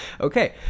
Okay